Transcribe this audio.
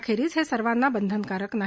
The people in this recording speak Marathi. खेरीज हे सर्वांना बंधनकारक नाही